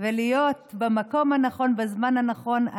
ולהיות במקום הנכון ובזמן הנכון.